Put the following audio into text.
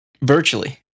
Virtually